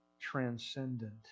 transcendent